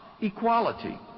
equality